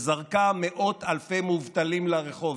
זרקה מאות אלפי מובטלים לרחוב,